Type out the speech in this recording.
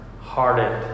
hardened